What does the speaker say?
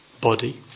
body